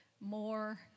more